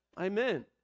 Amen